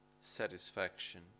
satisfaction